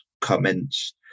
comments